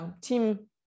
team